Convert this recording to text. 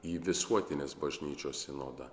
į visuotinės bažnyčios sinodą